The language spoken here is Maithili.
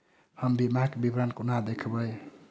हम बीमाक विवरण कोना देखबै?